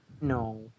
No